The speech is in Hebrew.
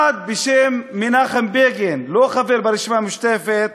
אחד בשם מנחם בגין, לא חבר ברשימה המשותפת,